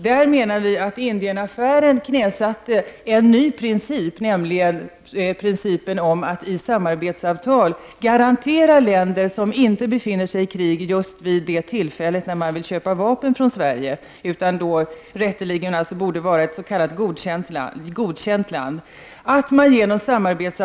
Vi menar att man i och med Indienaffären knäsatte en ny princip, nämligen att man i samarbetsavtal skall garantera de länder som inte befinner sig i krig vid just det tillfälle då de vill köpa vapen från Sverige, och då rätteligen borde vara ett s.k. godkänt land, en fortsatt leverans.